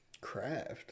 craft